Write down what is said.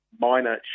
minor